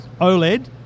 OLED